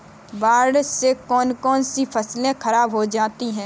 बाढ़ से कौन कौन सी फसल खराब हो जाती है?